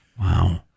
Wow